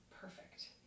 perfect